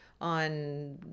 on